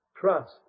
trust